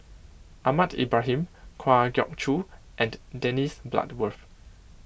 Ahmad Ibrahim Kwa Geok Choo and Dennis Bloodworth